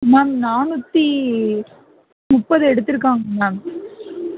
ma'am நானுற்றி முப்பது எடுத்திருக்காங்க மேம்